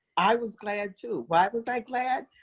i was glad too. why was i glad?